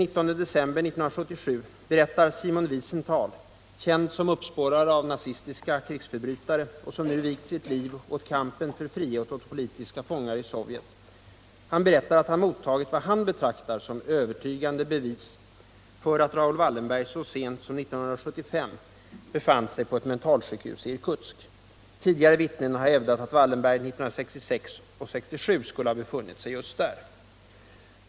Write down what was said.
19 december 1977 berättar Simon Wiesenthal - känd som uppspårare av nazistiska krigsförbrytare — som nu vigt sitt liv åt kampen för frihet åt politiska fångar i Sovjet, att han mottagit vad han betraktar som ”övertygande bevis” för att Raoul Wallenberg så sent som 1975 befann sig på ett mentalsjukhus i Irkutsk. Tidigare har vittnen hävdat att Wallenberg 1966 och 1967 skulle ha befunnit sig just där.